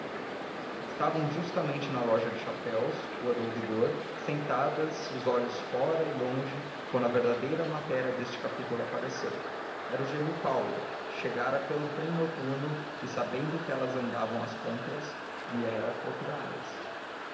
estavam justamente na loja de chapéus rua do ouvidor sentadas os olhos fora e longe quando a verdadeira matéria deste capítulo apareceu era o gêmeo paulo que chegara pelo trem noturno e sabendo que elas andavam a compras viera procurá las